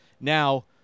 Now